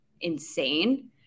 insane